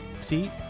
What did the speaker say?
see